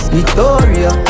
Victoria